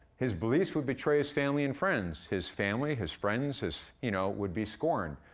his beliefs would betray his family and friends, his family, his friends, his you know, would be scorned.